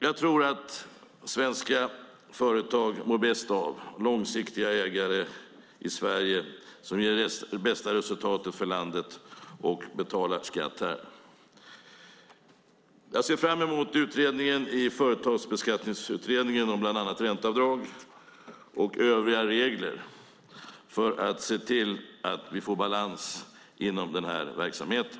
Jag tror att svenska företag mår bäst av långsiktiga ägare i Sverige som ger det bästa resultatet för landet och betalar skatt här. Jag ser fram emot Företagsbeskattningsutredningens översyn av bland annat ränteavdrag och övriga regler för att se till att vi får balans inom den här verksamheten.